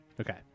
Okay